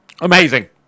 Amazing